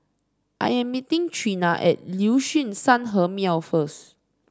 I am meeting Treena at Liuxun Sanhemiao first